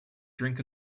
drink